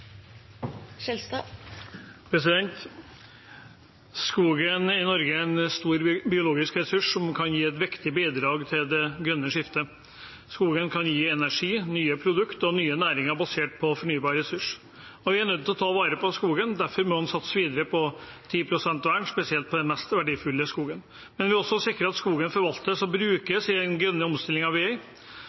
kan gi et viktig bidrag til det grønne skiftet. Skogen kan gi energi, nye produkter og nye næringer basert på en fornybar ressurs. Vi er nødt til å ta vare på skogen. Derfor må en satse videre på 10 pst. vern, spesielt for den mest verdifulle skogen. Men vi må også sikre at skogen forvaltes og brukes i den grønne omstillingen vi er inne i.